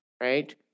right